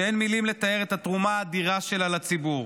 שאין מילים לתאר את התרומה האדירה שלה לציבור.